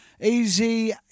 Easy